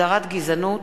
הגדרת גזענות),